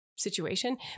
situation